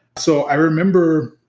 so i remember,